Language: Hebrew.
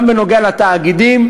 גם בנוגע לתאגידים,